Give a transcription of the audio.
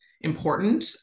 important